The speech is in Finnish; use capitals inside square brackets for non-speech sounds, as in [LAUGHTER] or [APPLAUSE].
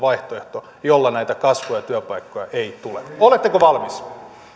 [UNINTELLIGIBLE] vaihtoehto jolla tätä kasvua ja työpaikkoja ei tule oletteko valmis